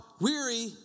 weary